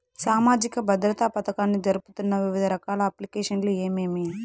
సామాజిక భద్రత పథకాన్ని జరుపుతున్న వివిధ రకాల అప్లికేషన్లు ఏమేమి?